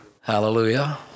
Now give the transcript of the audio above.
Hallelujah